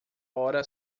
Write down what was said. hora